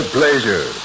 pleasure